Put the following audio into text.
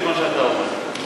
את מה שאתה אומר.